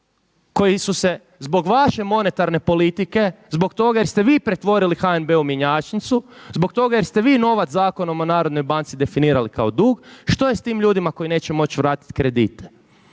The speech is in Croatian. koji su se zbog vaše monetarne politike, zbog toga jer ste vi pretvorili HNB u mjenjačnicu, zbog toga jer ste vi novac Zakonom o Narodnoj banci definirali kao dug. Što je s tim ljudima koji neće moći vratit kredit?